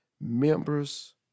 members